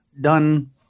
done